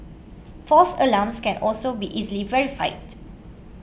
false alarms can also be easily verified